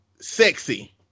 sexy